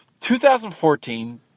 2014